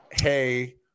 hey